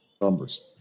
numbers